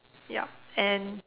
yup and